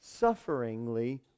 sufferingly